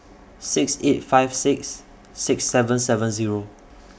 six eight five six six seven seven Zero